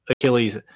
Achilles